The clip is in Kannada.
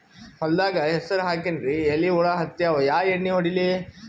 ಹೊಲದಾಗ ಹೆಸರ ಹಾಕಿನ್ರಿ, ಎಲಿ ಹುಳ ಹತ್ಯಾವ, ಯಾ ಎಣ್ಣೀ ಹೊಡಿಲಿ?